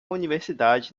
universidade